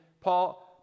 Paul